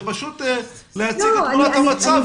זה להציג מצב.